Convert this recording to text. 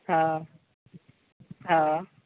हँ हँ